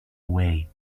away